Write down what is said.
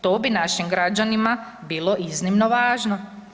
To bi našim građanima bilo iznimno važno.